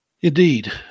Indeed